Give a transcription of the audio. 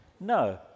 no